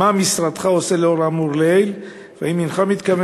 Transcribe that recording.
מה משרדך עושה לאור האמור לעיל והאם הנך מתכוון